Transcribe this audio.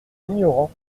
ignorant